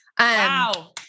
Wow